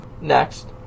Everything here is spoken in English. Next